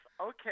Okay